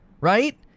right